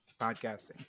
podcasting